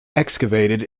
excavated